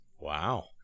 wow